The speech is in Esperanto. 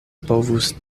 povus